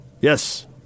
Yes